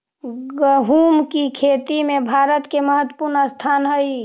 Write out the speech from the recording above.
गोहुम की खेती में भारत के महत्वपूर्ण स्थान हई